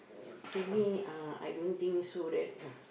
to me uh I don't think so that